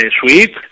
sweet